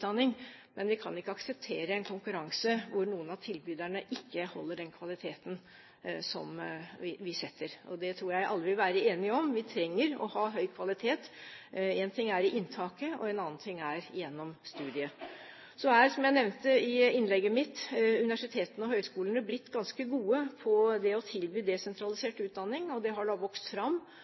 men vi kan ikke akseptere en konkurranse hvor noen av tilbyderne ikke holder den kvaliteten som vi setter krav om, og det tror jeg alle vil være enige om. Vi trenger å ha høy kvalitet – én ting er i inntaket, og en annen ting er gjennom studiet. Så er, som jeg nevnte i innlegget mitt, universitetene og høyskolene blitt ganske gode på det å tilby desentralisert utdanning, og det har vokst fram